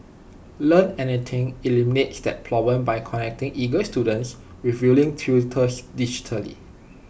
Learn Anything eliminates that problem by connecting eager students with willing tutors digitally